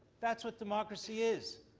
that's what democracy is.